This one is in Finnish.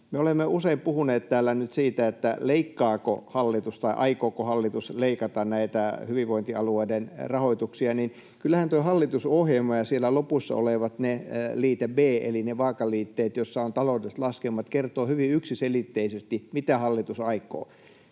olemme usein puhuneet täällä nyt siitä, leikkaako hallitus tai aikooko hallitus leikata näitä hyvinvointialueiden rahoituksia. Kyllähän tuo hallitusohjelma ja siellä lopussa oleva liite B — ne vaakaliitteet, joissa on taloudelliset laskelmat — kertoo hyvin yksiselitteisesti, mitä hallitus aikoo.